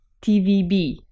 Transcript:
TVB